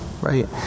right